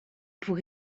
pour